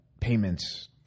payments